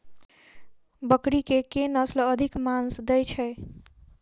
बकरी केँ के नस्ल अधिक मांस दैय छैय?